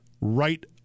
right